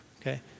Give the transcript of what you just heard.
okay